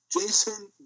Jason